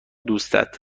دوستت